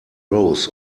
rows